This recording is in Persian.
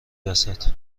وسط